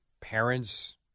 parents